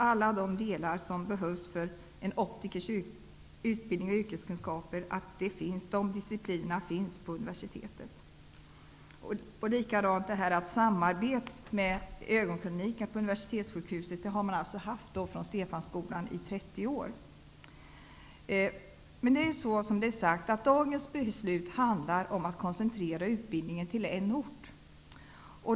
Alla de discipliner som behövs för en optikers utbildning och yrkeskunskaper finns på universitetet. Samarbete mellan ögonkliniken på universitetssjukhuset och Stefanskolan har pågått i 30 år. Dagens beslut handlar om att koncentrera utbildningen till en ort.